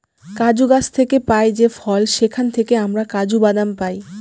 কাজু গাছ থেকে পাই যে ফল সেখান থেকে আমরা কাজু বাদাম পাই